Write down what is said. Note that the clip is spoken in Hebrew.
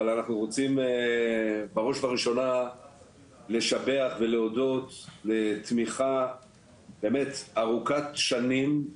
אבל אנחנו רוצים בראש ובראשונה לשבח ולהודות לתמיכה באמת ארוכת שנים,